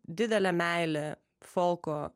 didelė meilė folko